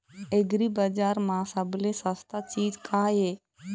एग्रीबजार म सबले सस्ता चीज का ये?